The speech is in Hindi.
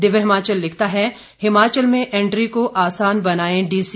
दिव्य हिमाचल लिखता है हिमाचल में एंट्री को आसान बनाए डीसी